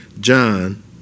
John